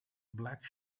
black